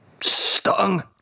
Stung